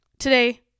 today